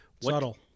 Subtle